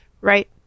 right